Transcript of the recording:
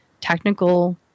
technical